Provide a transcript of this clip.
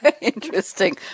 interesting